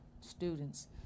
students